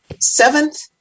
Seventh